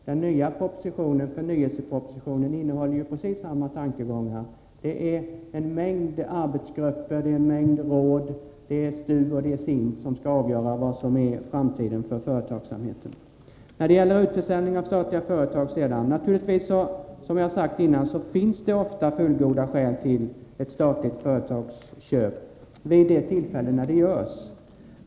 Den s.k. förnyelsepropositionen innehåller ju precis samma tankegångar. Det är en mängd arbetsgrupper, en mängd råd, det är STU och det är SIND som skall avgöra framtiden för företagsamheten. När det gäller utförsäljningen av statliga företag finns det ofta, som jag redan sagt, fullgoda skäl till ett statligt företagsköp vid det tillfälle då detta görs.